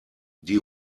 die